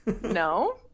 No